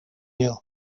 you